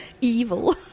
evil